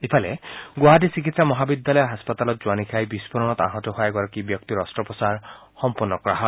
ইফালে গুৱাহাটী চিকিৎসা মহাবিদ্যালয় হাস্পাতালত যোৱা নিশা এই বিস্ফোৰণত আহত হোৱা এগৰাকী ব্যক্তিৰ অল্লোপচাৰ সম্পন্ন কৰা হয়